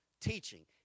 teaching